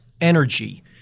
energy